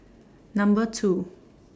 Number two